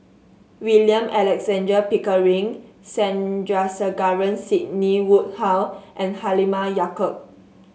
William Alexander Pickering Sandrasegaran Sidney Woodhull and Halimah Yacob